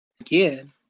Again